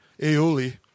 aioli